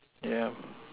yeah